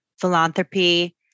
philanthropy